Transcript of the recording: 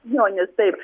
jonis taip